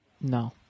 no